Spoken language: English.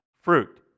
fruit